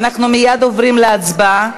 ואנחנו מייד עוברים להצבעה.